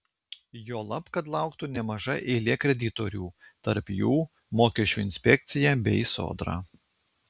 juolab kad lauktų nemaža eilė kreditorių tarp jų mokesčių inspekcija bei sodra